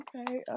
Okay